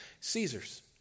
Caesars